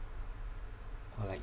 or like